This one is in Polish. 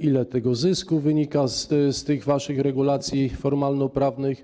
ile zysku wynika z tych waszych regulacji formalnoprawnych.